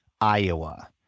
Iowa